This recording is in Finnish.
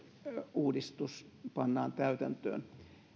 uudistus pannaan täytäntöön